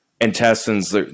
intestines